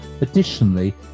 Additionally